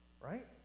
right